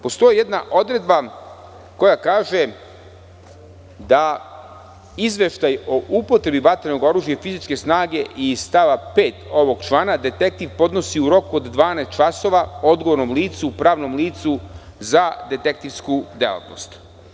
Postoji jedna odredba koja kaže da Izveštaj o upotrebi vatrenog oružja i fizičke snage, iz stava 5. ovog člana, detektiv podnosi u roku od 12 časova odgovornom licu u pravnom licu za detektivsku delatnost.